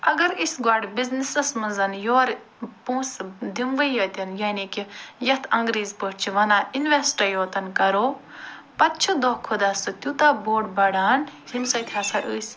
اگر أسۍ گۄڈٕ بِزنیٚسس منٛز یورٕ پونٛسہٕ دِموٕے یوت یعنی کہِ یَتھ انٛگریٖزۍ پٲٹھۍ چھِ وَنان اِنویٚسٹٔے یوت کَرو پتہٕ چھُ دۄہ کھۄتہٕ دۄہ سُہ تیٛوٗتاہ بوٚڑ بَڑھان ییٚمہِ سۭتۍ ہَسا ٲسۍ